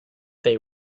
they